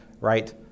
right